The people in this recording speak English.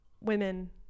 women